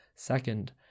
Second